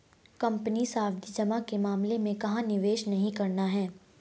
Company सावधि जमा के मामले में कहाँ निवेश नहीं करना है?